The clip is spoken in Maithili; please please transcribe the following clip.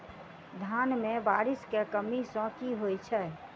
धान मे बारिश केँ कमी सँ की होइ छै?